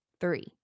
three